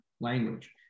language